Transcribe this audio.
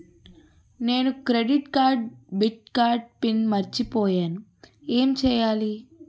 నేను credit card debit card PIN మర్చిపోయేను ఎం చెయ్యాలి?